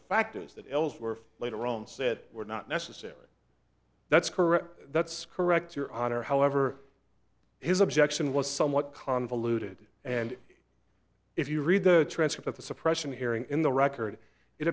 factors that ellsworth later on said were not necessarily that's correct that's correct your honor however his objection was somewhat convoluted and if you read the transcript of the suppression hearing in the record it